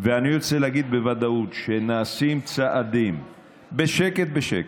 ואני רוצה להגיד בוודאות שנעשים צעדים בשקט בשקט.